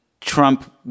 Trump